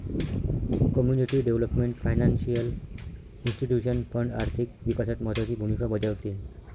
community development financial institution fund आर्थिक विकासात महत्त्वाची भूमिका बजावते